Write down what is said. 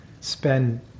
spend